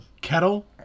Kettle